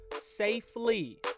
safely